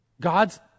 God's